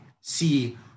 see